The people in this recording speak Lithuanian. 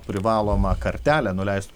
privalomą kartelę nuleist